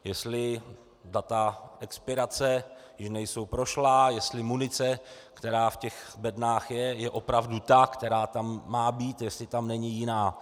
Jestli data expirace nejsou prošlá, jestli munice, která v bednách je, je opravdu ta, která tam má být, jestli tam není jiná.